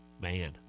man